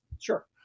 Sure